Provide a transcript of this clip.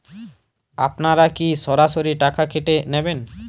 আপনারা কি সরাসরি টাকা কেটে নেবেন?